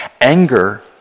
Anger